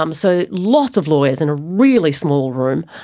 um so lots of lawyers in a really small room.